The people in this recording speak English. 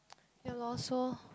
ya lor so